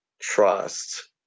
trust